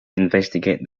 investigate